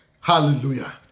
Hallelujah